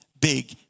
big